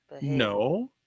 No